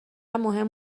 مهم